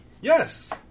Yes